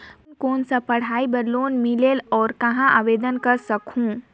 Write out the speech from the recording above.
कोन कोन सा पढ़ाई बर लोन मिलेल और कहाँ आवेदन कर सकहुं?